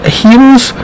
heroes